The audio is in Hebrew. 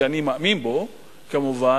שאני מאמין בו כמובן,